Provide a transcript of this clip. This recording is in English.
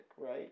right